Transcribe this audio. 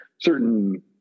certain